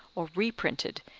or reprinted,